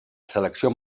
selecció